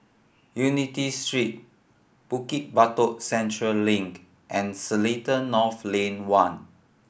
Unity Street Bukit Batok Central Link and Seletar North Lane One